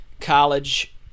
college